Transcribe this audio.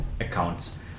accounts